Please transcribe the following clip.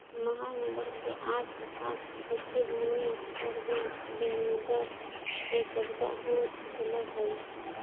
महानगर के आस पास कृषिभूमि पर भी बिल्डर के कब्जा हो गेलऽ हई